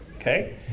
okay